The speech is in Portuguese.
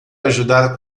ajudar